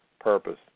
purpose